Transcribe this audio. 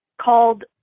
called